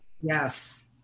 Yes